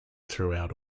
throughout